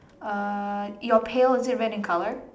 uh your pail is it red in colour